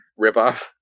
ripoff